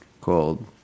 called